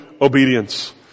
obedience